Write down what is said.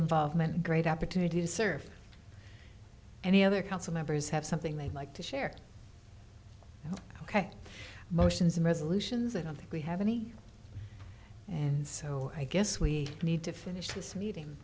involvement great opportunity to surf any other council members have something they'd like to share ok motions and resolutions i don't think we have any and so i guess we need to finish this meeting